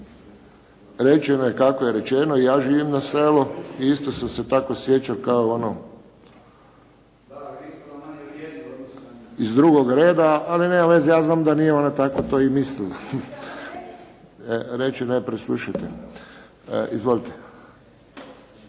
rečeno je kako je rečeno. I ja živim na selu i isto sam se tako osjećao kao ono… … /Upadica: Da, mi smo vam manje vrijedni u odnosu na nju./… Iz drugog reda, ali nema veze, ja znam da nije ona tako to i mislila. … /Upadica se